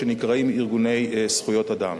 שנקראים "ארגוני זכויות אדם".